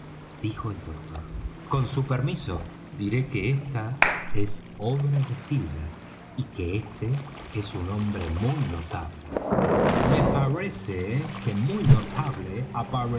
dijo el doctor con su permiso diré que esta es obra de silver y que este es un hombre muy notable me parece que muy notable